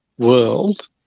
World